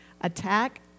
Attack